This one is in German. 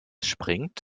springt